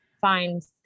find